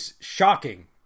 shocking